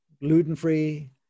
gluten-free